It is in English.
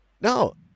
No